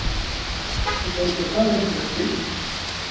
तो कंसेशन